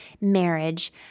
marriage